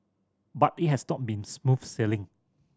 but it has been smooth sailing